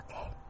okay